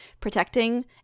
protecting